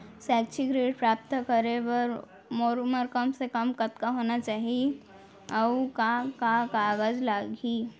शैक्षिक ऋण प्राप्त करे बर मोर उमर कम से कम कतका होना चाहि, अऊ का का कागज लागही?